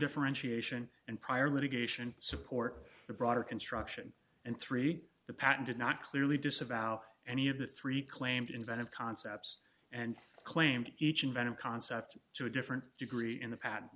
differentiation and prior litigation support the broader construction and three the patent did not clearly disavow any of the three claimed invented concepts and claimed each invented concept to a different degree in the pa